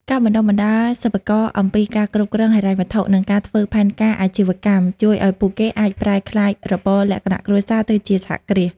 ការបណ្ដុះបណ្ដាលសិប្បករអំពីការគ្រប់គ្រងហិរញ្ញវត្ថុ និងការធ្វើផែនការអាជីវកម្ម ជួយឱ្យពួកគេអាចប្រែក្លាយរបរលក្ខណៈគ្រួសារទៅជាសហគ្រាស។